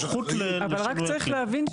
אבל רק צריך להבין,